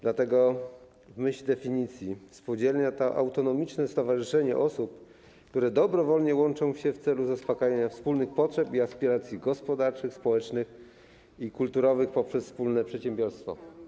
Dlatego w myśl definicji: spółdzielnia to autonomiczne stowarzyszenie osób, które dobrowolnie łączą się w celu zaspakajania wspólnych potrzeb i aspiracji gospodarczych, społecznych i kulturowych poprzez wspólne przedsiębiorstwo.